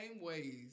ways